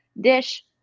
dish